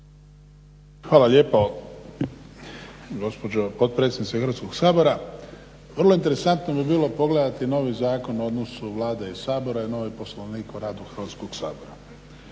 Hvala lijepo gospođo potpredsjednice Hrvatskog sabora. Vrlo interesantno bi bilo pogledati novi Zakon o odnosu Vlade i Sabora i novi Poslovnik o radu Hrvatskog sabora.